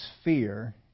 sphere